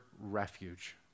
refuge